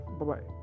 Bye-bye